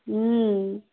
ம்